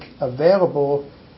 available